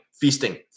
feasting